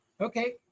Okay